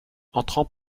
entrant